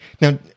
now